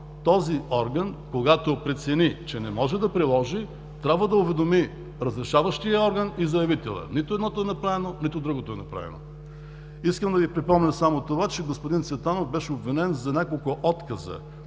този орган, когато прецени, че не може да приложи, трябва да уведоми разрешаващия орган и заявителя. Нито едното е направено, нито другото е направено. Искам да Ви припомня само това, че господин Цветанов беше обвинен за няколко отказа,